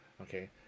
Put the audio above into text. Okay